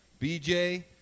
BJ